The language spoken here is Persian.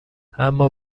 اما